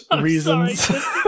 reasons